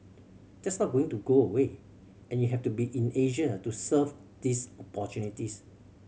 that's not going to go away and you have to be in Asia to serve these opportunities